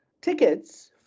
tickets